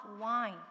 wine